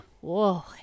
whoa